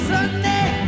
Sunday